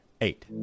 eight